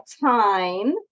time